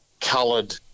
coloured